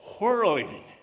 whirling